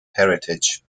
heritage